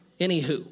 anywho